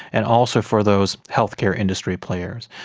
and also for those healthcare industry players.